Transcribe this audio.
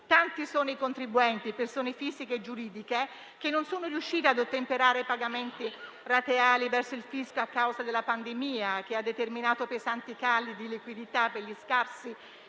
Tanti sono i contribuenti, persone fisiche e giuridiche, che non sono riusciti ad ottemperare ai pagamenti rateali verso il fisco a causa della pandemia, che ha determinato pesanti cali di liquidità per gli scarsi